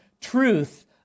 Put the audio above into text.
truth